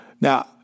now